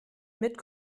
mit